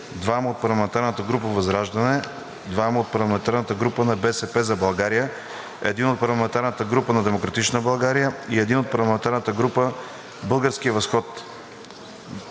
2 от парламентарната група ВЪЗРАЖДАНЕ, 2 от парламентарната група „БСП за България“, 1 от парламентарната група на „Демократична България“ и 1 от парламентарната група „Български възход“.